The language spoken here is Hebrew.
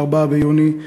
4 ביוני,